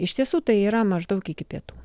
iš tiesų tai yra maždaug iki pietų